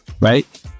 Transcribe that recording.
Right